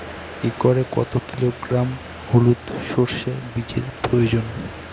একরে কত কিলোগ্রাম হলুদ সরষে বীজের প্রয়োজন?